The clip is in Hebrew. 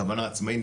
הכוונה עצמאי,